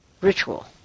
ritual